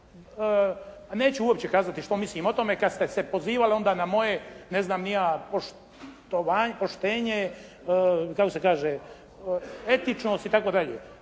neću uopće kazati što mislim o tome kad ste se pozivali onda na moje, ne znam ni ja poštenje, kako se kaže etičnost i tako dalje.